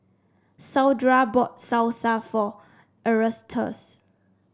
Saundra bought Salsa for Erastus